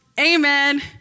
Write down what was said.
Amen